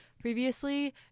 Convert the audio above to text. previously